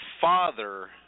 father